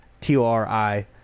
T-O-R-I